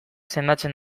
sendatzen